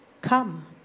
Come